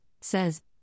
says